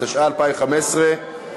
התשע"ה 2015,